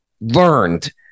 learned